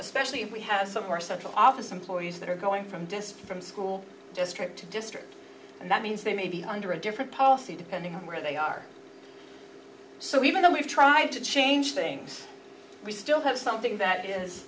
especially if we have some more central office employees that are going from desk from school district to district and that means they may be under a different policy depending on where they are so even though we've tried to change things we still have something that is